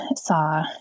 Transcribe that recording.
saw